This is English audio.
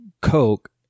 Coke